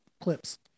Clips